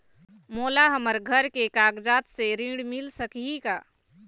मोला हमर घर के कागजात से ऋण मिल सकही का?